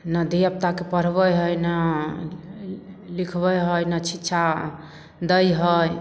नहि धिआपुताके पढ़बै हइ नहि लिखबै हइ नहि शिक्षा दै हइ